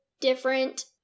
different